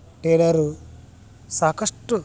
terror ಸಾಕಷ್ಟು